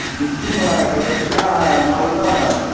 बिज्जू है कलकातिया है मालदा है